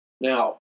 Now